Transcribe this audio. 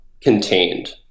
contained